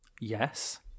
Yes